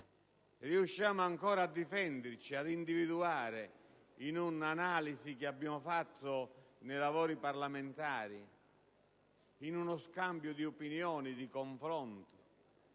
riusciamo ancora a difenderci, ad individuare, in un'analisi che abbiamo fatto nel corso dei lavori parlamentari, in uno scambio di opinioni e attraverso